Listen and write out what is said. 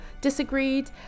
disagreed